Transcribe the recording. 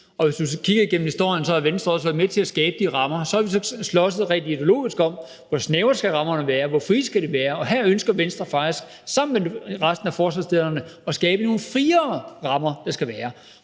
Og hvis du så kigger på historien, kan du se, at Venstre også har været med til at skabe de rammer. Så har vi så slåsset rent ideologisk om, hvor snævre rammerne skal være, og hvor frie de skal være. Og her ønsker Venstre faktisk sammen med resten af forslagsstillerne at skabe nogle friere rammer. Men til